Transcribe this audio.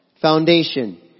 foundation